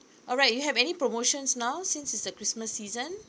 alright you have any promotions now since it's a christmas season